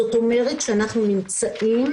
זאת אומרת, שאנחנו נמצאים